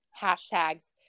hashtags